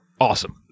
awesome